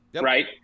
right